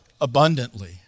abundantly